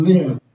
Live